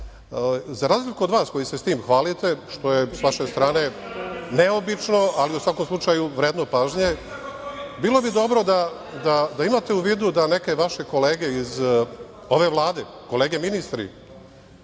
razliku od vas koji se sa tim hvalite, što je sa vaše strane neobično, ali u svakom slučaju vredno pažnje, bilo bi dobro da imate u vidu da neke vaše kolege iz ove Vlade, kolege ministri